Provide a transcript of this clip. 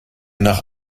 nach